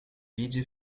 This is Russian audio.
виде